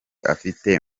afite